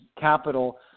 capital